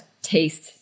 taste